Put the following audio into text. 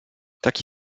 taki